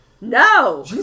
No